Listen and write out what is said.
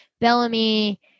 bellamy